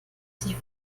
die